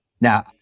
Now